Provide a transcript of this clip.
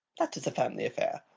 that is a family affair.